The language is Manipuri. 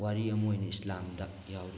ꯋꯥꯔꯤ ꯑꯃ ꯑꯣꯏꯅ ꯏꯁꯂꯥꯝꯗ ꯌꯥꯎꯔꯤ